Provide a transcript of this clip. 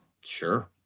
Sure